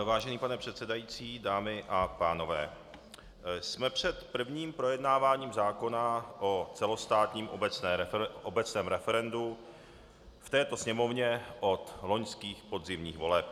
Vážený pane předsedající, dámy a pánové, jsme před prvním projednáváním zákona o celostátním obecném referendu v této Sněmovně od loňských podzimních voleb.